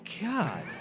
God